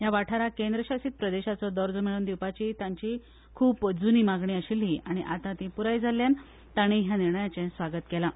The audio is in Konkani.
ह्या वाठाराक केंद्र शासित प्रदेशाचो दर्जो मेळोवन दिवपाची तांची खूप जूनी मागणी अशिल्ली आनी आता ती पुराय जाल्ल्यान तांणी ह्या निर्णयाचें स्वागत केलां